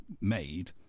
made